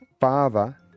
father